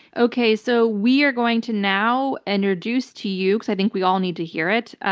okay. so we are going to now introduce to you, because i think we all need to hear it,